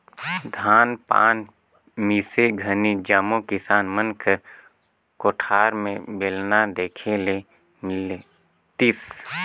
धान पान मिसे घनी जम्मो किसान मन कर कोठार मे बेलना देखे ले मिलतिस